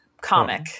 comic